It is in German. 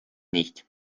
nicht